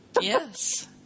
Yes